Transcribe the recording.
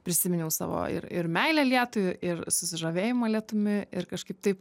prisiminiau savo ir ir meilę lietui ir susižavėjimą lietumi ir kažkaip taip